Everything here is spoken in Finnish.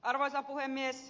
arvoisa puhemies